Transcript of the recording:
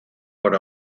por